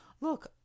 Look